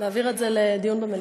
להעביר את זה לדיון במליאה.